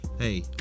hey